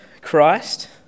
Christ